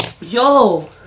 Yo